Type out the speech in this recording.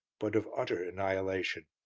but of utter annihilation.